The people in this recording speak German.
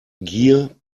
gier